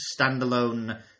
standalone